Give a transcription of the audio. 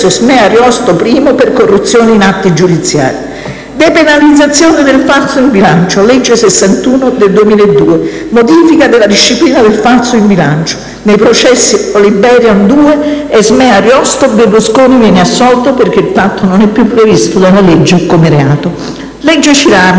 "Sme-Ariosto 1" per corruzione in atti giudiziari). • Depenalizzazione del falso in bilancio (legge n. 61 del 2002): modifica della disciplina del falso in bilancio (nei processi "All Iberian 2" e "Sme-Ariosto2" Berlusconi viene assolto perché "il fatto non è più previsto dalla legge come reato"). • "Legge Cirami"